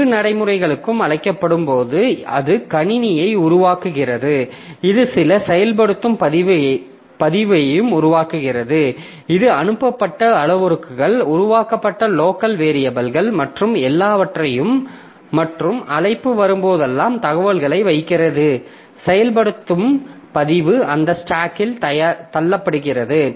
ஒரு நடைமுறைகள் அழைக்கப்படும் போது அது கணினியை உருவாக்குகிறது இது சில செயல்படுத்தும் பதிவையும் உருவாக்குகிறது இது அனுப்பப்பட்ட அளவுருக்கள் உருவாக்கப்பட்ட லோக்கல் வேரியபில்கள் மற்றும் எல்லாவற்றையும் மற்றும் அழைப்பு வரும்போதெல்லாம் தகவல்களை வைத்திருக்கிறது செயல்படுத்தும் பதிவு அந்த ஸ்டாக்கில் தள்ளப்படுகிறது